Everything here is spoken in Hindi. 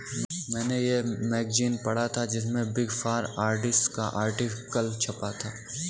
मेने ये मैगज़ीन पढ़ा था जिसमे बिग फॉर ऑडिटर्स का आर्टिकल छपा था